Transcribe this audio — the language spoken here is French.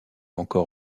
encore